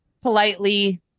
politely